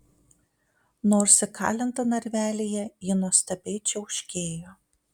nors įkalinta narvelyje ji nuostabiai čiauškėjo